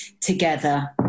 together